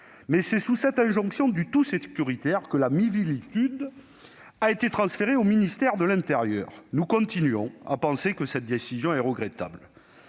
Mais c'est sous cette injonction du tout sécuritaire que la Miviludes a été transférée au ministère de l'intérieur. Nous continuons à penser que cette décision est regrettable.